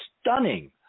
stunning